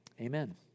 Amen